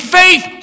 faith